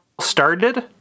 started